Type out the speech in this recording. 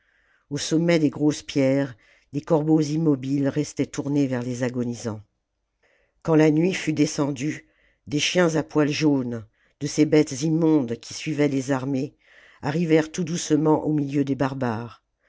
au sommet des grosses pierres des corbeaux immobiles restaient tournés vers les agonisants quand la nuit fut descendue des chiens à poil jaune de ces bêtes immondes qui suivaient les armées arrivèrent tout doucement au milieu des barbares